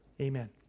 amen